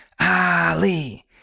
Ali